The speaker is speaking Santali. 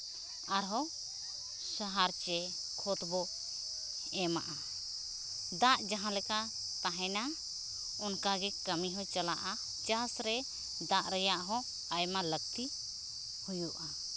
ᱟᱨ ᱦᱚᱸ ᱥᱟᱦᱟᱨ ᱥᱮ ᱠᱷᱚᱛ ᱵᱚ ᱮᱢᱟᱜᱼᱟ ᱫᱟᱜ ᱡᱟᱦᱟᱸ ᱞᱮᱠᱟ ᱛᱟᱦᱮᱱᱟ ᱚᱱᱠᱟ ᱜᱮ ᱠᱟᱹᱢᱤ ᱦᱚᱸ ᱪᱟᱞᱟᱜᱼᱟ ᱪᱟᱥ ᱨᱮ ᱫᱟᱜ ᱨᱮᱭᱟᱜ ᱦᱚᱸ ᱟᱭᱢᱟ ᱞᱟᱹᱠᱛᱤ ᱦᱳᱭᱳᱜᱼᱟ